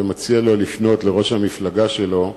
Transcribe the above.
ומציע לו לפנות לראש המפלגה שלו,